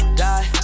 die